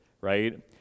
right